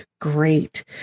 great